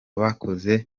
bakoze